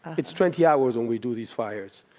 it's twenty hours when we do these fires.